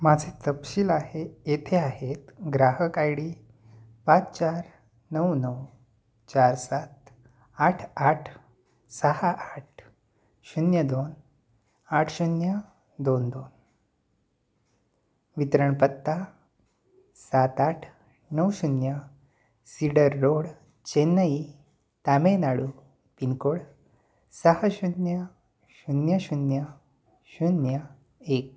माझे तपशील आहे येथे आहेत ग्राहक आय डी पाच चार नऊ नऊ चार सात आठ आठ सहा आठ शून्य दोन आठ शून्य दोन दोन वितरण पत्ता सात आठ नऊ शून्य Cedar Road Chennai Tamil Nadu pin code सहा शून्य शून्य शून्य शून्य एक